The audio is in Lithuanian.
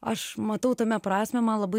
aš matau tame prasmę man labai